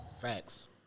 Facts